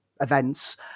events